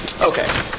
okay